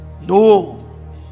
no